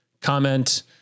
comment